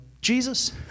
Jesus